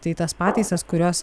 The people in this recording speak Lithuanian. tai tas pataisas kurios